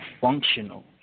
functional